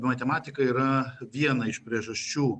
matematika yra viena iš priežasčių